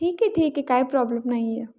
ठीक आहे ठीक आहे काही प्रॉब्लेम नाही आहे